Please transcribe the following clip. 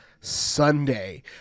sunday